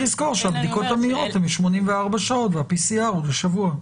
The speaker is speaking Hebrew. לזכור שהבדיקות המהירות הן ל-84 שעות וה-PCR הוא לשבוע.